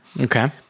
Okay